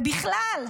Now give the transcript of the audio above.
ובכלל,